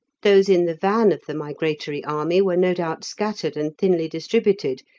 those in the van of the migratory army were no doubt scattered and thinly distributed,